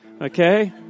Okay